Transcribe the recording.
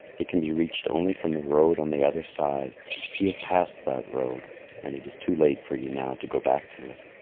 it can be reached only from the road on the other side you have passed that road and it is too late for you now to go back to it.